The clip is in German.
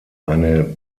eine